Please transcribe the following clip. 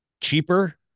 cheaper